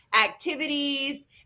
activities